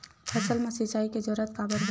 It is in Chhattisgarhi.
फसल मा सिंचाई के जरूरत काबर होथे?